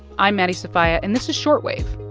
i'm maddie sofia, and this is short wave,